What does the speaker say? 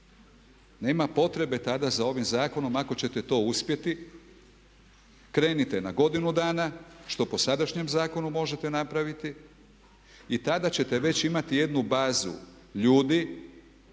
Nema potrebe tada za ovim zakonom ako ćete to uspjeti. Krenite na godinu dana što po sadašnjem zakonu možete napraviti i tada ćete već imati jednu bazu ljudi